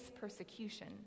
persecution